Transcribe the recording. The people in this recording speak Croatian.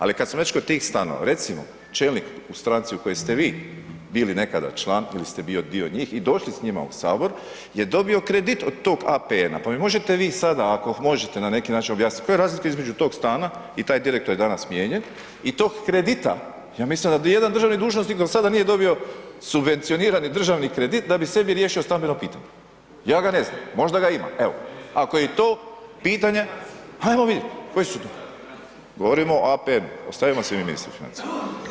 Ali kad smo već kod tih stanova, recimo čelnik u stranci u kojoj ste vi bili nekada član ili ste bio dio njih i došli s njima u sabor, je dobio kredit od tog APN-a, pa mi možete vi sada ako možete na neki način objasnit koja je razlika između tog stana i taj direktor je danas smijenjen i tog kredita, ja mislim da nijedan državni dužnosnik do sada nije dobio subvencionirani državni kredit da bi sebi riješio stambeno pitanje, ja ga ne znam, možda ga ima, evo ako je i to pitanje ajmo vidit koji su to [[Upadica: ministar financija]] govorimo o APN-u, ostavimo se mi ministra financija.